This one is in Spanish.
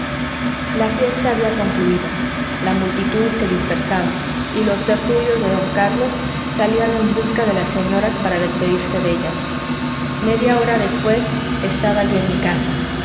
la fiesta había concluido la multitud se dispersaba y los tertulios de don carlos salían en busca de las señoras para despedirse de ellas media hora después estaba yo en mi casa